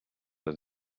and